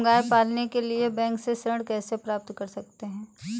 हम गाय पालने के लिए बैंक से ऋण कैसे प्राप्त कर सकते हैं?